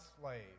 slave